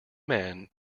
man